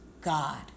God